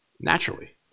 Naturally